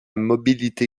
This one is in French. mobilité